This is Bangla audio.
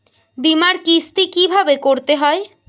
বিমার কিস্তি কিভাবে করতে হয়?